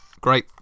great